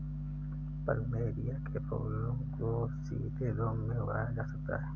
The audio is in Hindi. प्लमेरिया के फूलों को सीधी धूप में उगाया जा सकता है